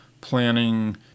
planning